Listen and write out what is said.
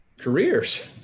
careers